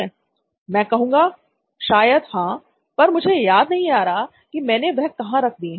" मैं कहूंगा शायद हां पर मुझे याद नहीं आ रहा कि मैंने वह कहां रखे हैं